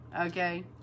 Okay